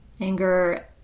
anger